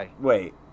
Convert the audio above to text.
Wait